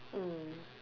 mm